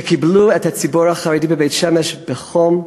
שקיבלו את הציבור החרדי בבית-שמש בחום.